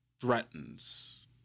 threatens